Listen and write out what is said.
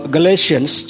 Galatians